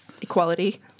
equality